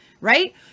right